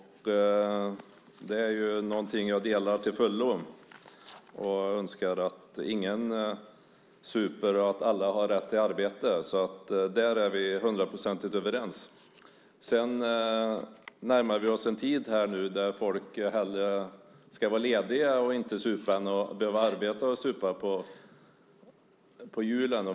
Det är någonting som jag till fullo delar. Jag önskar att ingen super, och alla har rätt till arbete. Där är vi hundraprocentigt överens. Sedan närmar vi oss nu en tid, julen, då folk hellre ska vara lediga och inte supa än behöva arbeta och supa.